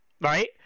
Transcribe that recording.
right